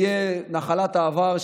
יהיה נחלת העבר,